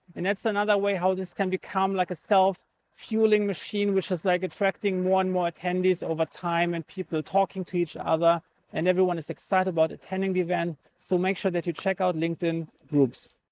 and that's another way how this can become like a self-fueling machine, which is like attracting more attendees over time and people talking to each other and everyone is excited about attending the event. so make sure that you check out linkedin groups.